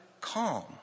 calm